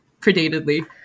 predatedly